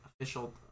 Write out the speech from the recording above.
official